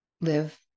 live